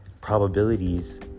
probabilities